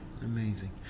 Amazing